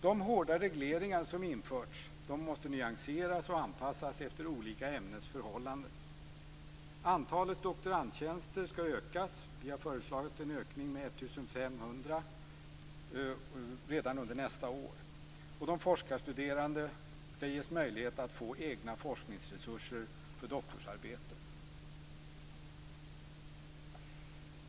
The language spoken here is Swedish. De hårda regleringar som införts måste nyanseras och anpassas efter olika ämnens förhållanden. Antalet doktorandtjänster skall ökas. Vi har föreslagit en ökning med 1 500 redan under nästa år. De forskarstuderande skall ges möjlighet att få egna forskningsresurser för doktorsarbetet.